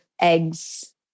eggs